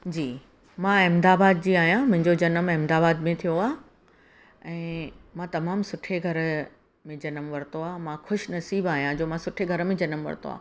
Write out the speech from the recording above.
जी मां अहमदाबाद जी आहियां मुंहिंजो जनमु अहमदाबाद में थियो आहे ऐं मां तमामु सुठे घर में जनमु वरितो आहे मां ख़ुशिनसीबु आहियां जो मां सुठे घर में जनमु वरितो आहे